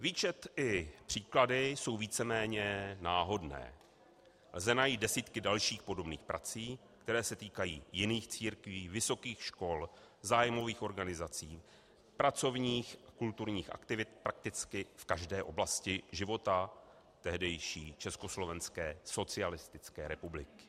Výčet i příklady jsou víceméně náhodné, lze najít desítky dalších podobných prací, které se týkají jiných církví, vysokých škol, zájmových organizací, pracovních, kulturních aktivit prakticky v každé oblasti života tehdejší Československé socialistické republiky.